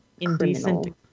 indecent